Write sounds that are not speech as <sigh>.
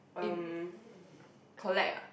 erm <breath> collect ah